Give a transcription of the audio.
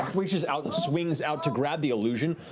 reaches out and swings out to grab the illusion,